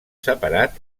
separat